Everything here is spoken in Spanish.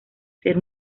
ser